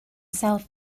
south